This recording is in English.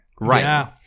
Right